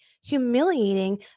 humiliating